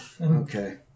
Okay